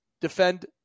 defend